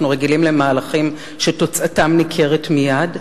אנחנו רגילים למהלכים שתוצאתם ניכרת מייד.